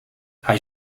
hij